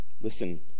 Listen